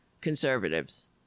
conservatives